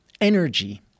energy